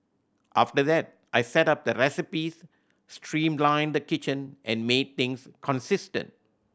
after that I set up the recipes streamlined the kitchen and made things consistent